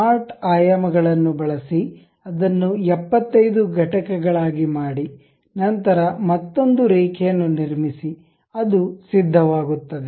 smart ಆಯಾಮಗಳನ್ನು ಬಳಸಿ ಅದನ್ನು 75 ಘಟಕಗಳಾಗಿ ಮಾಡಿ ನಂತರ ಮತ್ತೊಂದು ರೇಖೆಯನ್ನು ನಿರ್ಮಿಸಿ ಅದು ಸಿದ್ಧವಾಗುತ್ತದೆ